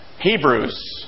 Hebrews